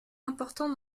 important